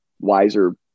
wiser